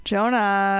Jonah